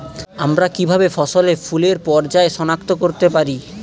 আমরা কিভাবে ফসলে ফুলের পর্যায় সনাক্ত করতে পারি?